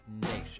nation